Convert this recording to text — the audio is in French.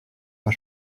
pas